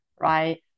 right